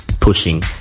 pushing